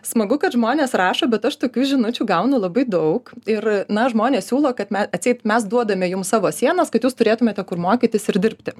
smagu kad žmonės rašo bet aš tokių žinučių gaunu labai daug ir na žmonės siūlo kad me atseit mes duodame jums savo sienas kad jūs turėtumėte kur mokytis ir dirbti